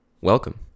welcome